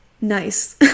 nice